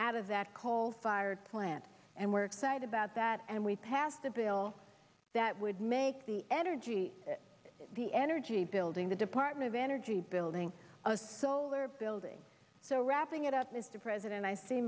out of that call fired plant and we're excited about that and we passed the bill that would make the energy the energy building the department of energy building a solar building so wrapping it up mr president i s